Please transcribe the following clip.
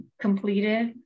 completed